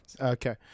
Okay